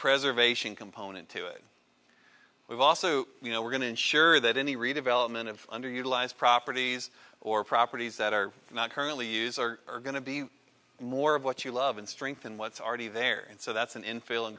preservation component to it we've also you know we're going to ensure that any redevelopment of underutilized properties or properties that are not currently use are going to be more of what you love and strengthen what's already there and so that's an infiel